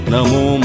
Namo